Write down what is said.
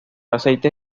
aceite